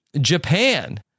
Japan